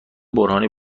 برهانی